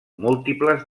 múltiples